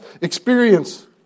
experience